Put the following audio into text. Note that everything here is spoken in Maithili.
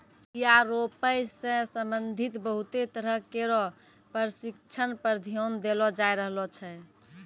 बीया रोपै सें संबंधित बहुते तरह केरो परशिक्षण पर ध्यान देलो जाय रहलो छै